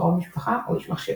קרוב משפחה או איש מחשבים.